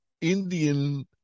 Indian